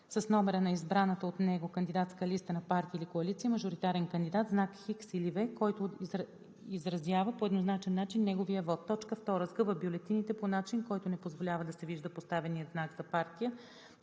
с номера на избраната от него кандидатска листа на партия или коалиция, мажоритарен кандидат знак „Х“ или „V“, който изразява по еднозначен начин неговия вот; 2. сгъва бюлетините по начин, който не позволява да се вижда поставеният знак за партия,